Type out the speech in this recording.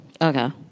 Okay